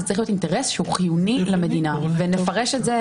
זה צריך להיות אינטרס שהוא חיוני למדינה ונפרש את זה,